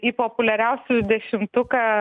į populiariausiųjų dešimtuką